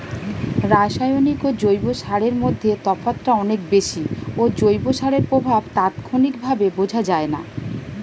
রাসায়নিক ও জৈব সারের মধ্যে তফাৎটা অনেক বেশি ও জৈব সারের প্রভাব তাৎক্ষণিকভাবে বোঝা যায়না